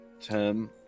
term